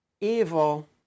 evil